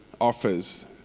offers